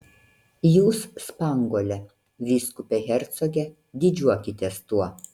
jūs spanguolė vyskupe hercoge didžiuokitės tuo